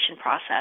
process